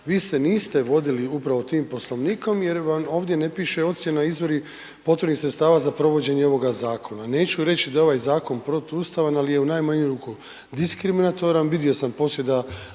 vi se niste vodili upravo tim Poslovnikom jer vam ovdje ne piše ocjena izvori potrebnih sredstava za provođenje ovoga zakona. Neću reći da je ovaj zakon protuustavan, ali je u najmanju ruku diskriminatoran, vidio sam poslije da